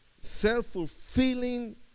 self-fulfilling